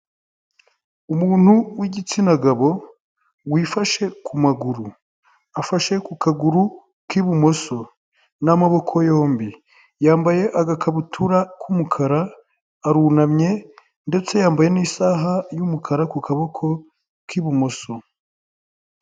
Umuntu w'igitsina gabo wifashe ku maguru afashe ku kaguru k'ibumoso n'amaboko yombi, yambaye agakabutura k'umukara arunamye ndetse yambaye n'isaha y'umukara ku kaboko k'ibumoso.